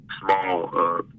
small